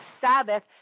Sabbath